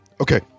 Okay